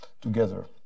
together